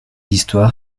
histoire